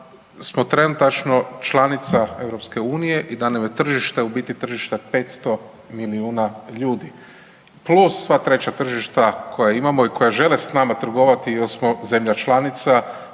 smo trenutačno članica EU i da nam je tržište u biti tržišta 500 milijuna ljudi plus sva treća tržišta koja imamo i koja žele s nama trgovati jer smo zemlja članica